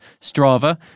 Strava